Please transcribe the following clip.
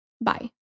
bye